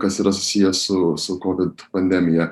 kas yra susiję su su kovid pandemija